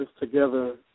together